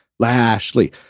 Lashley